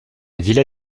villa